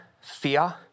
fear